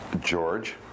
George